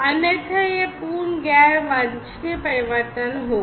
अन्यथा यह पूर्ण गैर वांछनीय परिवर्तन होगा